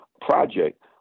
project